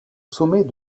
sommet